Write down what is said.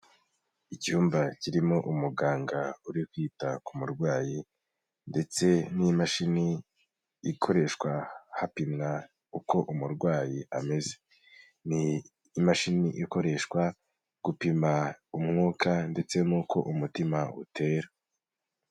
Icyumba kirimo umuganga uri kwita ku murwayi, ndetse n'imashini ikoreshwa hapimwa uko umurwayi ameze. Ni imashini ikoreshwa gupima umwuka ndetse n'uko umutima utera.